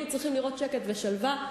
שקט ושלווה,